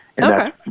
Okay